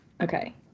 Okay